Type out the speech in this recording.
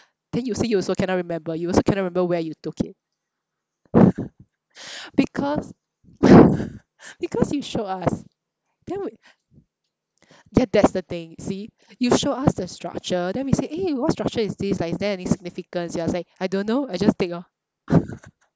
then you say you also cannot remember you also cannot remember where you took it because because you showed us then we ya that's the thing see you showed us the structure then we say eh what structure is this like is there any significance you are like I don't know I just take lor